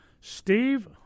Steve